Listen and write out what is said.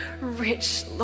rich